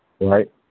right